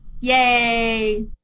Yay